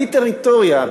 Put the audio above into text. בלי טריטוריה,